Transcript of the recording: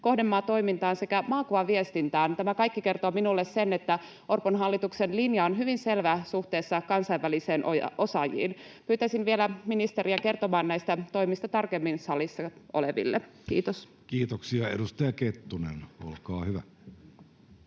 kohdemaatoimintaan sekä maakuvaviestintään. Tämä kaikki kertoo minulle sen, että Orpon hallituksen linja on hyvin selvä suhteessa kansainvälisiin osaajiin. Pyytäisin vielä ministeriä kertomaan näistä toimista tarkemmin salissa oleville. — Kiitos. Kiitoksia. — Edustaja Kettunen, olkaa hyvä.